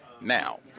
Now